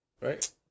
Right